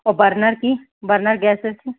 और बर्नर की बर्नर की